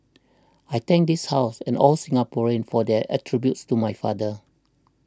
I thank this House and all Singaporeans for their tributes to my father